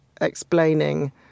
explaining